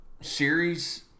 series